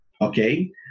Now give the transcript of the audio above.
okay